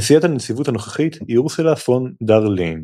נשיאת הנציבות הנוכחית היא אורסולה פון דר ליין.